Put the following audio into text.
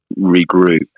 regroup